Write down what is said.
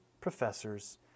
professors